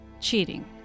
cheating